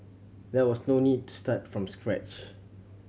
there was no need to start from scratch